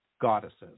goddesses